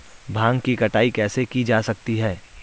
भांग की कटाई कैसे की जा सकती है?